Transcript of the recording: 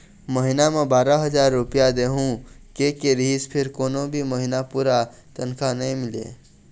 महिना म बारा हजार रूपिया देहूं केहे रिहिस फेर कोनो भी महिना पूरा तनखा नइ मिलय